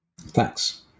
thanks